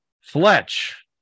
Fletch